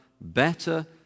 better